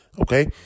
Okay